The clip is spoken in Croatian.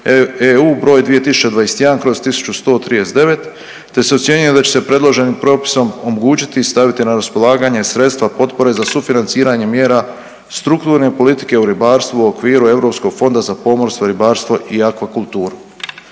EU broj 2021/1139 te se ocjenjuje da će se predloženim propisom omogućiti i staviti na raspolaganje sredstva potpore za sufinanciranje mjera strukturne politike u ribarstvu u okviru Europskog fonda za pomorstvo, ribarstvo i akvakulturu.